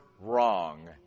wrong